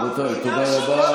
רבותיי, תודה רבה.